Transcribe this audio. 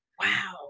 wow